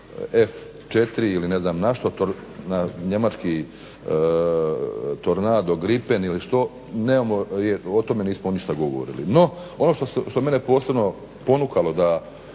F4 ili ne znam na što, na njemački Tornado, Gripen o tome nismo ništa govorili. No ono što mene posebno ponukano da